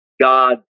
God